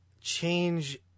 change